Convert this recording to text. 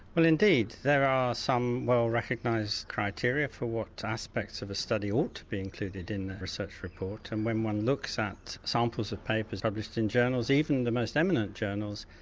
well indeed, there are some well recognised criteria for what aspects of a study ought to be included in the research report and when one looks at samples of papers published in journals, even the most eminent journals,